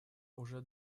уже